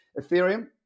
Ethereum